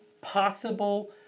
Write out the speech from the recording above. possible